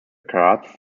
karate